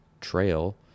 trail